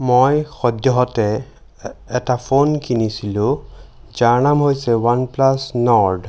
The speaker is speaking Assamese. মই সদ্যহতে এটা ফোন কিনিছিলোঁ যাৰ নাম হৈছে ওৱান প্লাছ নৰ্ড